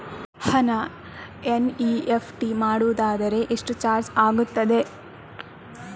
ಹಣ ಎನ್.ಇ.ಎಫ್.ಟಿ ಮಾಡುವುದಾದರೆ ಎಷ್ಟು ಚಾರ್ಜ್ ಆಗುತ್ತದೆ?